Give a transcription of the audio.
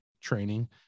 training